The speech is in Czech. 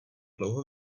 dlouho